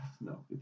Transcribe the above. No